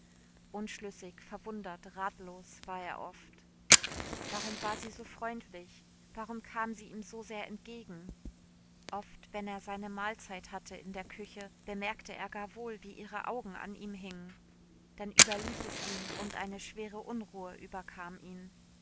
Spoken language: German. unschlüssig verwundert ratlos war er oft warum war sie so freundlich warum kam sie ihm so sehr entgegen oft wenn er seine mahlzeit hatte in der küche merkte er gar wohl wie ihre augen an ihm hingen dann überlief es ihn und eine schwere unruhe überkam ihn